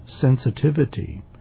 sensitivity